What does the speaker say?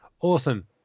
awesome